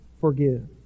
forgive